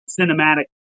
cinematic